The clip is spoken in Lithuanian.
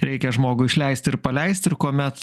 reikia žmogų išleisti ir paleisti ir kuomet